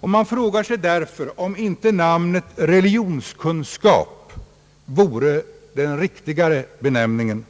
Och man frågar sig därför om inte namnet religionskunskap vore en riktigare benämning.